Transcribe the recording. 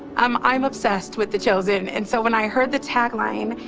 um i am obsessed with the chosen. and so when i heard the tag line,